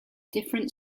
different